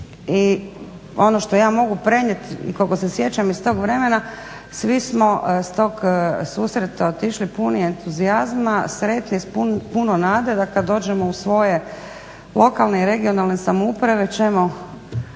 I ono što ja mogu prenijeti i koliko se sjećam iz tog vremena, svi smo s tog susreta otišli puni entuzijazma, sretni, s puno nada da kad dođemo u svoje lokalne i regionalne samouprave ćemo